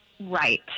Right